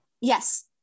Yes